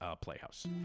playhouse